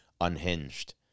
unhinged